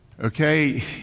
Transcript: Okay